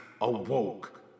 awoke